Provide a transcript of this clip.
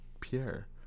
Pierre